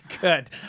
good